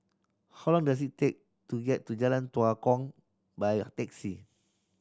how long does it take to get to Jalan Tua Kong by taxi